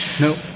Nope